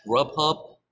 Grubhub